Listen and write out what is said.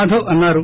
మాధవ్ అన్నారు